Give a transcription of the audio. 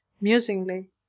musingly